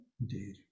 Indeed